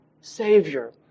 Savior